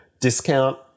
discount